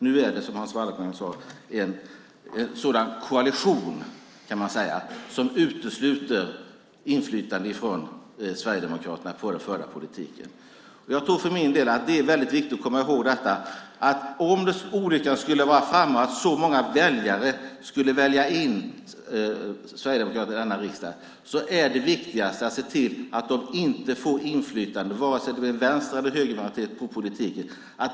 Nu är det, som Hans Wallmark sade, en koalition som utesluter inflytande från Sverigedemokraterna på den förda politiken. Jag tror att det är väldigt viktigt att komma ihåg att om olyckan skulle vara framme, att så många väljare skulle välja in Sverigedemokraterna i denna riksdag, är det viktigaste att se till att de inte får inflytande på politiken, vare sig det blir en vänster eller högermajoritet.